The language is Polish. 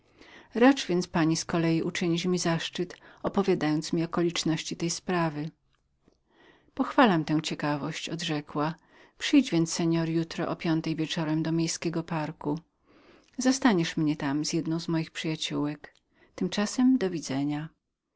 racz więc pani z kolei uczynić mi zaszczyt opowiedzenia mi tych okoliczności pochwalam tę ciekawość odrzekła przyjdź więc pan jutro o godzinie piątej wieczorem do wielkiego ogrodu zastaniesz mnie tam z jedną z moich przyjaciołek